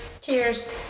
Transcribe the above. cheers